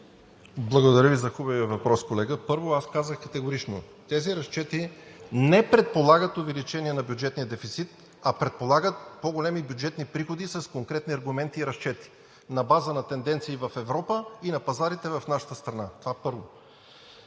Благодаря Ви за хубавия въпрос, колега. Първо, аз казах категорично, че тези разчети не предполагат увеличение на бюджетния дефицит, а предполагат по-големи бюджетни приходи с конкретни аргументи и разчети на база на тенденциите в Европа и на пазарите в нашата страна. Второ,